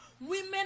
Women